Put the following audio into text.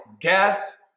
death